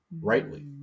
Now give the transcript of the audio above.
rightly